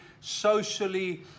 socially